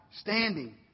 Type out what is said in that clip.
standing